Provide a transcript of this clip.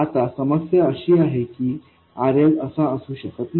आता समस्या अशी आहे की RLअसा असू शकत नाही